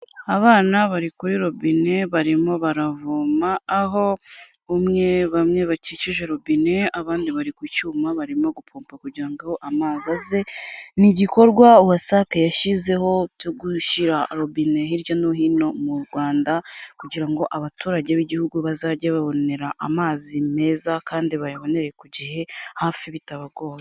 Abana bari kuri robine barimo baravoma aho umwe bamwe bakikije robine abandi bari ku cyuma barimo gupompa kugira amazi aze, ni igikorwa WASAC yashyizeho byo gushyira robine hirya no hino mu Rwanda kugira ngo abaturage b'igihugu bazajye babonera amazi meza kandi bayabonere ku gihe hafi bitabagoye.